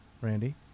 randy